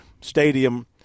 stadium